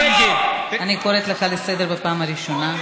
אני קוראת אותך לסדר בפעם הראשונה.